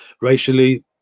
racially